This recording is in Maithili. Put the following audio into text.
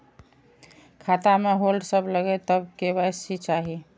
खाता में होल्ड सब लगे तब के.वाई.सी चाहि?